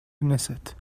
knesset